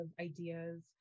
ideas